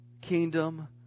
kingdom